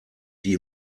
die